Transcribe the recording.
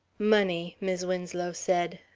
money, mis' winslow said,